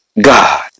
God